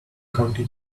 county